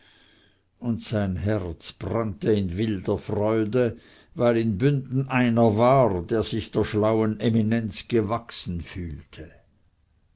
und sein herz brannte in wilder freude weil in bünden einer war der sich der schlauen eminenz gewachsen fühlte